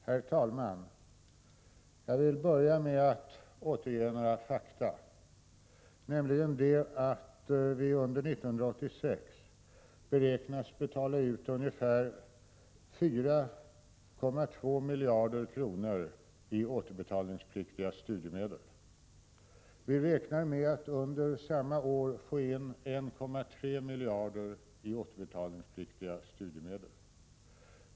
Herr talman! Jag vill börja med att återge några fakta. Vi beräknar att ungefär 4,2 miljarder kronor under 1986 kommer att betalas ut i återbetalningspliktiga studiemedel. Vi räknar med att under samma år få in 1,3 miljarder kronor i återbetalningspliktiga studiemedel.